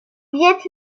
viêt